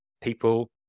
people